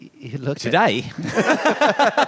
Today